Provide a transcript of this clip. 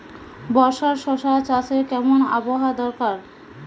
বর্ষার শশা চাষে কেমন আবহাওয়া দরকার?